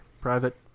Private